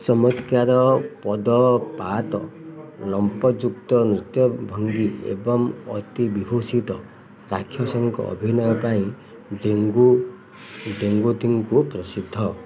ଚମତ୍କାର ପଦପାତ ଲମ୍ଫ ଯୁକ୍ତ ନୃତ୍ୟ ଭଙ୍ଗୀ ଏବଂ ଅତିବିଭୂଷିତ ରାକ୍ଷସଙ୍କ ଅଭିନୟ ପାଇଁ ଡେଙ୍ଗୁ ଡେଙ୍ଗୁତିଟ୍ଟୁ ପ୍ରସିଦ୍ଧ